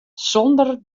sonder